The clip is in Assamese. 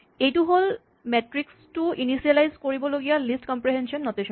এইটো হ'ল মেট্ৰিক্স টো ইনিচিয়েলাইজ কৰিবলগীয়া লিষ্ট কম্প্ৰেহেনছন নটেচনটো